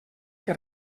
que